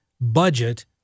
budget